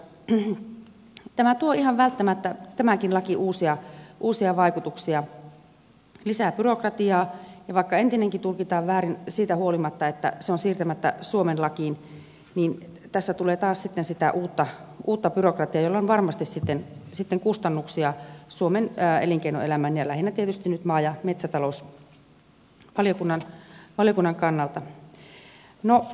tämäkin laki tuo ihan välttämättä uusia vaikutuksia lisää byrokratiaa ja vaikka entinenkin tulkitaan väärin siitä huolimatta että se on siirtämättä suomen lakiin niin tässä tulee taas sitä uutta byrokratiaa jolla on varmasti sitten kustannuksia suomen elinkeinoelämän ja lähinnä tietysti nyt maa ja metsätalousvaliokunnan kannalta